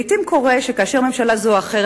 לעתים קורה שכאשר ממשלה זו או אחרת